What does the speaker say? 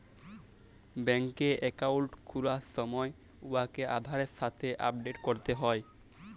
ব্যাংকে একাউল্ট খুলার সময় উয়াকে আধারের সাথে আপডেট ক্যরতে হ্যয়